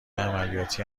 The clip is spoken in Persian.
عملیاتی